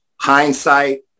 Hindsight